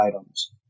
items